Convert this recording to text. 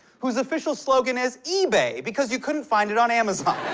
whose official slogan is, ebay, because you couldn't find it on amazon.